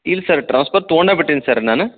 ಇಲ್ಲ sir transfer ತಗೊಂಡೇಬಿಟ್ಟೀನಿ sir ನಾನು